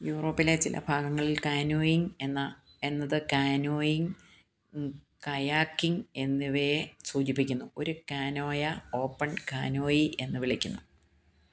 യൂറോപ്പിലെ ചില ഭാഗങ്ങളിൽ കാനോയിംഗ് എന്ന എന്നത് കാനോയിംഗ് കയാക്കിംഗ് എന്നിവയെ സൂചിപ്പിക്കുന്നു ഒരു കാനോയെ ഓപ്പൺ കാനോയി എന്ന് വിളിക്കുന്നു